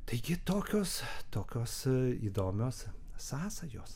taigi tokios tokios įdomios sąsajos